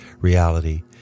reality